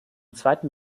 zweiten